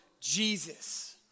Jesus